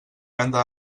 venda